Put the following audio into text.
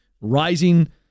Rising